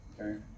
okay